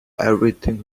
everything